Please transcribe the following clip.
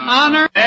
honor